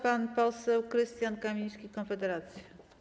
Pan poseł Krystian Kamiński, Konfederacja.